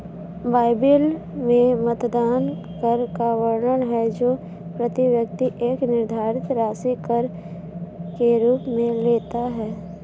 Bible में मतदान कर का वर्णन है जो प्रति व्यक्ति एक निर्धारित राशि कर के रूप में लेता है